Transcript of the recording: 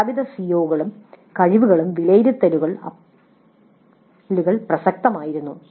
പ്രഖ്യാപിത സിഒകൾക്കും കഴിവുകൾക്കും വിലയിരുത്തലുകൾ പ്രസക്തമായിരുന്നു